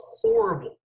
horrible